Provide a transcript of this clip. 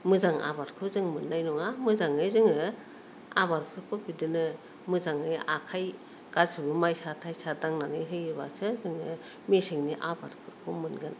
मोजां आबादखौ जों मोननाय नङा मोजाङै जोङो आबादफोरखौ बिदिनो मोजाङै आखाय गासैबो माइसा थाइसा दांनानै होयोबासो जोङो मेसेंनि आबादफोरखौ मोनगोन बिदि